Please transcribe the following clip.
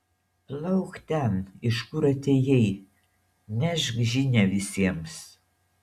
plauk ten iš kur atėjai nešk žinią visiems